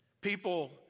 People